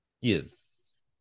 Yes